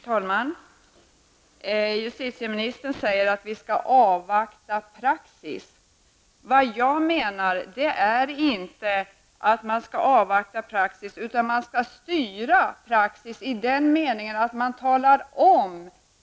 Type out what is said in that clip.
Herr talman! Justitieministern säger att vi skall avvakta praxis. Jag anser inte att man skall avvakta praxis, utan att man skall styra praxis i den meningen att man talar om vad som gäller.